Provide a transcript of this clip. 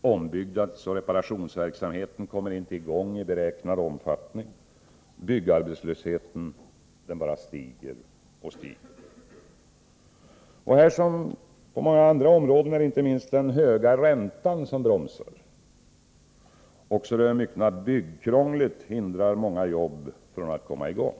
Ombyggnadsoch reparationsverksamheten kommer inte i gång i beräknad omfattning. Byggarbetslösheten bara stiger och stiger. Här som på många andra områden är det inte minst den höga räntan som bromsar. Också det myckna byggkrånglet hindrar många jobb att komma i gång.